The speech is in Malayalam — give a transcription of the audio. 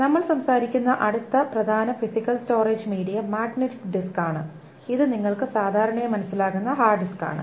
നമ്മൾ സംസാരിക്കുന്ന അടുത്ത പ്രധാന physical storage medium magnetic disk ആണ് ഇത് നിങ്ങൾക്ക് സാധാരണയായി മനസ്സിലാകുന്ന ഹാർഡ് ഡിസ്ക് ആണ്